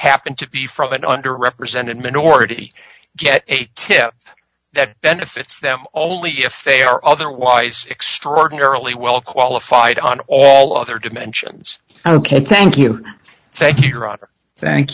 happened to be from an under represented minority get a tip that benefits them only if they are otherwise extraordinarily well qualified on all other dimensions ok thank you thank you thank